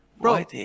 Bro